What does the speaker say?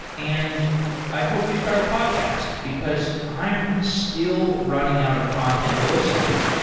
and i hope you start a podcast, because i'm still running out of content to listen to.